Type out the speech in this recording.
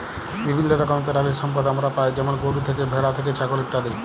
বিভিল্য রকমের পেরালিসম্পদ আমরা পাই যেমল গরু থ্যাকে, ভেড়া থ্যাকে, ছাগল ইত্যাদি